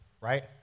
right